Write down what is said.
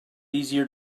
easier